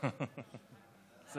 אדוני היושב-ראש, שרים,